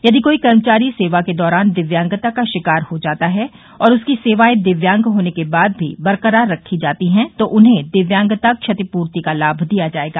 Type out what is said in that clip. यदि कोई कर्मचारी सेवा के दौरान दिव्यांगता का शिकार हो जाता है और उसकी सेवाएँ दिव्यांग होने के बाद भी बरकरार रखी जाती हैं तो उन्हें दिव्यांगता क्षतिपूर्ति का लाभ दिया जाएगा